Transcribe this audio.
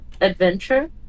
adventure